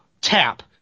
tap